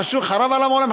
חרב עליהם עולמם.